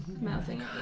mouthing